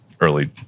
early